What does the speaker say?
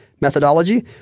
Methodology